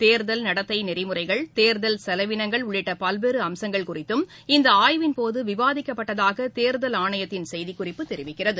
தேர்தல் நடத்தை நெறிமுறைகள் தேர்தல் செலவினங்கள் உள்ளிட்ட பல்வேறு அம்சங்கள் குறித்தும் இந்த ஆய்விள் போது விவாதிக்கப்பட்டதாக தேர்தல் ஆணையத்தின் செய்திக்குறிப்பு தெரிவிக்கிறது